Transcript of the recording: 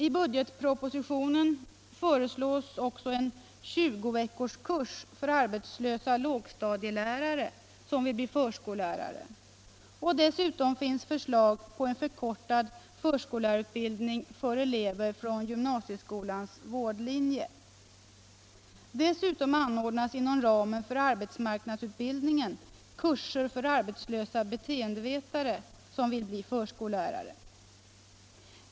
I budgetpropositionen föreslås också en 20 veckors kurs för arbetslösa lågstadielärare som vill bli förskollärare. Dessutom finns det förslag till en förkortad förskollärarutbildning för elever från gymnasieskolans vårdlinje, och vidare anordnas inom ramen för arbetsmarknadsutbildningen kurser för arbetslösa beteendevetare som vill bli förskollärare.